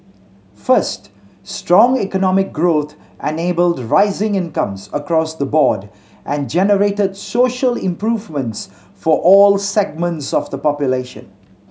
first strong economic growth enabled rising incomes across the board and generated social improvements for all segments of the population